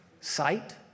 Sight